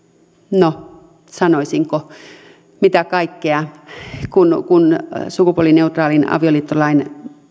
no sanoisinko mitä kaikkea kuin sukupuolineutraalin avioliittolain